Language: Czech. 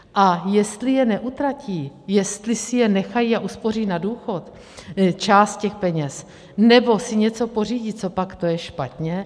A jestli je neutratí, jestli si je nechají a uspoří na důchod část těch peněz nebo si něco pořídí, copak to je špatně?